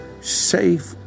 safe